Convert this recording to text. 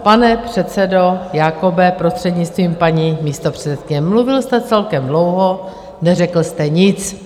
Pane předsedo Jakobe, prostřednictvím paní místopředsedkyně, mluvil jste celkem dlouho, neřekl jste nic.